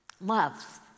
Love